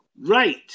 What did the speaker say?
Right